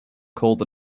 cold